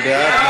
מי בעד?